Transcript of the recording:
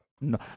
no